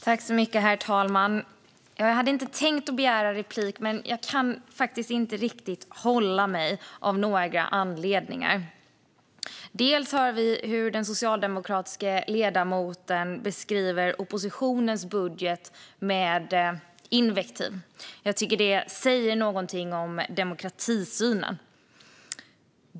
Herr talman! Jag hade inte tänkt begära replik, men av några anledningar kan jag inte hålla mig. Vi hörde här den socialdemokratiske ledamoten beskriva oppositionens budget med invektiv. Jag tycker att det säger någonting om demokratisynen.